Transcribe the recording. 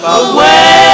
away